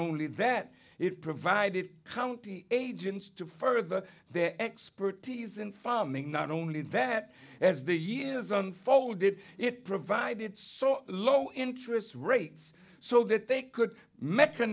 only that it provided county agents to further their expertise in farming not only that as the years unfolded it provided so low interest rates so that they could me